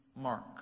Mark